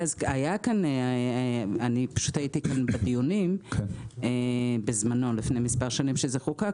אני הייתי בדיונים כשזה חוקק לפני מספר שנים.